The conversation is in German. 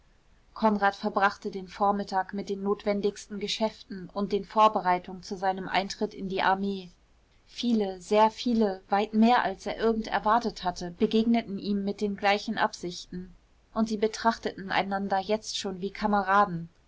konrad verbrachte den vormittag mit den notwendigsten geschäften und den vorbereitungen zu seinem eintritt in die armee viele sehr viele weit mehr als er irgend erwartet hatte begegneten ihm mit den gleichen absichten und sie betrachteten einander jetzt schon wie kameraden